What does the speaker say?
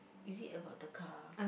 is it about the car